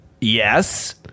Yes